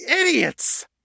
idiots